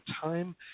time